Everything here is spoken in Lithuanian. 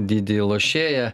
didįjį lošėją